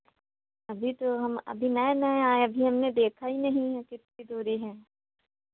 अभी तो हम अभी नए नए आए अभी हमने देखा ही नहीं है कितनी दूरी है